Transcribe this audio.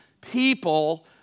people